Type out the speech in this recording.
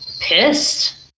pissed